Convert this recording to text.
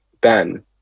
Ben